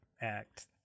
act